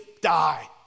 die